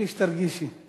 בלי שתרגישי.